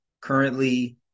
currently